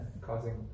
causing